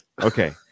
Okay